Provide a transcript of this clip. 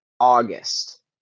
August